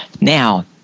Now